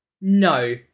No